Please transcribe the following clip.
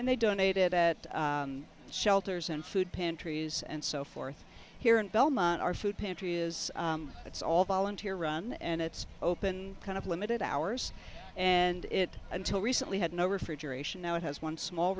and they donate it at shelters and food pantries and so forth here in belmont our food pantry is its all volunteer run and it's open kind of limited hours and it until recently had no refrigeration now it has one small